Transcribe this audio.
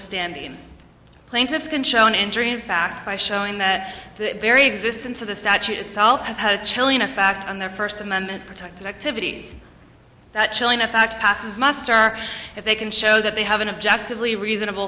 standing plaintiffs can show an enduring fact by showing that the very existence of the statute itself has had a chilling effect on their first amendment protected activity that chilling f x passes muster if they can show that they have an objective lee reasonable